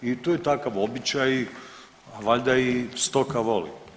I to je takav običaj, valjda i stoka voli.